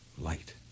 Light